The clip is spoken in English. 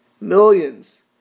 Millions